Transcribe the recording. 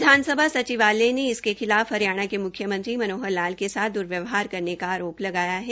विधानसभा सचिवालय के इनके खिलाफ हरियाणा के मुख्यमंत्री के साथ दुर्व्यवहार करने का आरोप लगाया है